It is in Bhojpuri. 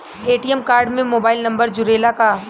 ए.टी.एम कार्ड में मोबाइल नंबर जुरेला का?